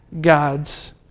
God's